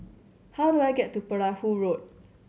how do I get to Perahu Road